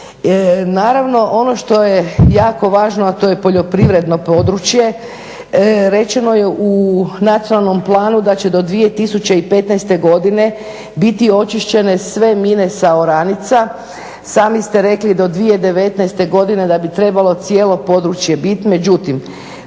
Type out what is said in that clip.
Naravno, ono što je jako važno a to je poljoprivredno područje rečeno je u nacionalnom planu da će do 2015.godine biti očišćene sve mine sa oranica, sami ste rekli do 2019. godine da bi trebalo cijelo područje biti, međutim